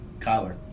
Kyler